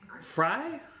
Fry